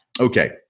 okay